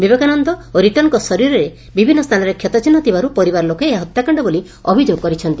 ବିବେକାନନ୍ଦ ଓ ରିଟନ୍ଙ ଶରୀରରେ ବିଭିନ୍ନ ସ୍ଥାନରେ କ୍ଷତଚିହ୍ ଥିବାରୁ ପରିବାର ଲୋକେ ଏହା ହତ୍ୟାକାଣ୍ଡ ବୋଲି ଅଭିଯୋଗ କରିଛନ୍ତି